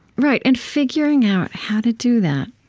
right, and figuring out how to do that,